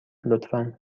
لطفا